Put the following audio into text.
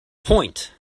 point